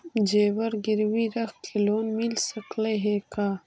जेबर गिरबी रख के लोन मिल सकले हे का?